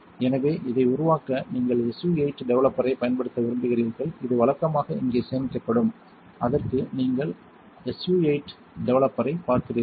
எனவே இதை உருவாக்க நீங்கள் SU 8 டெவலப்பரைப் பயன்படுத்த விரும்புகிறீர்கள் இது வழக்கமாக இங்கே சேமிக்கப்படும் அங்கு நீங்கள் SU 8 டெவலப்பரைப் பார்க்கிறீர்கள்